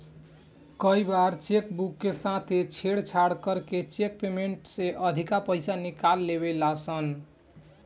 कई बार cheque book के साथे छेड़छाड़ करके चेक पेमेंट से अधिका पईसा निकाल लेवे ला सन